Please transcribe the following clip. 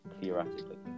Theoretically